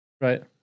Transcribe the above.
Right